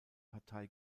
partei